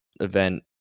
event